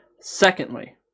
Secondly